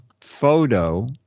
photo